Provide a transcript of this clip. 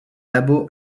labo